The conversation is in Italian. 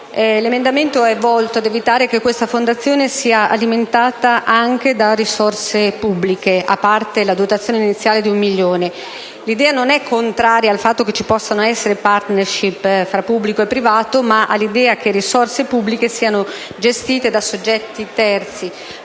sociale. Esso è volto ad evitare che questa fondazione sia alimentata anche da risorse pubbliche, a parte la dotazione iniziale di un milione di euro. Non si tratta di essere contrari al fatto che vi possano essere *partnership* tra pubblico e privato, ma all'idea che risorse pubbliche siano gestite da soggetti terzi,